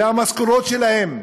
והמשכורות שלהם,